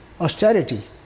austerity